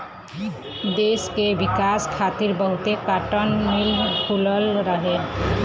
देस के विकास खातिर बहुते काटन मिल खुलल रहे